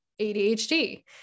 ADHD